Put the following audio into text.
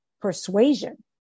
persuasion